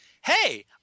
hey